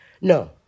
No